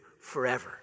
forever